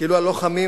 כאילו הלוחמים,